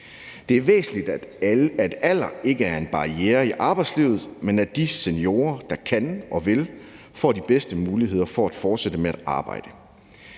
Det er væsentligt, at alder ikke er en barriere i arbejdslivet, men at de seniorer, der kan og vil, får de bedste muligheder for at fortsætte med at arbejde.